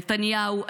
נתניהו,